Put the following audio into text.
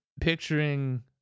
picturing